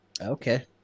okay